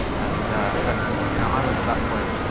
and but you know i was, at that point,